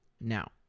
Now